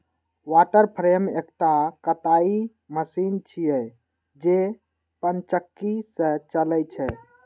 water frame एकटा कताइ machine छियै, जे पनचक्की सं चलै छै